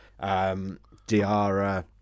Diara